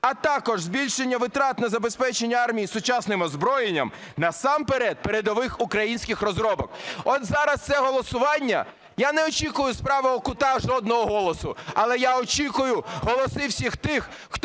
а також збільшення витрат на забезпечення армії сучасним озброєнням, насамперед передових українських розробок. От зараз це голосування, я не очікую з правого кута жодного голосу, але я очікую голоси всіх тих,